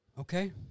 Okay